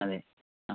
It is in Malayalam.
അതെ ആ